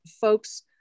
folks